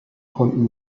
konnten